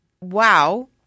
Wow